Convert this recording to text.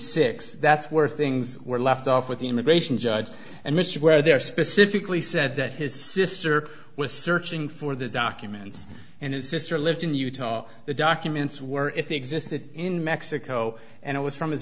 six that's where things were left off with the immigration judge and mr where there specifically said that his sister was searching for the documents and his sister lived in utah the documents were if they existed in mexico and it was from his